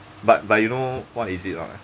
but but you know what is it ah